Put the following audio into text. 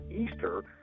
Easter